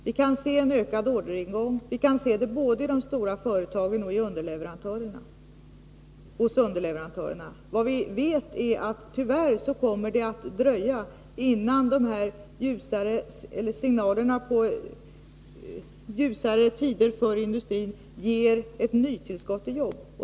Vi kan se en ökad orderingång både i de stora företagen och hos underleverantörerna. Vi vet att det tyvärr kommer att dröja innan de signaler som varslar om ljusare tider för industrin ger resultat i form av ett nytillskott av jobb.